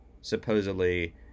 supposedly